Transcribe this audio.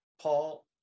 paul